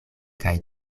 kaj